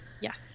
yes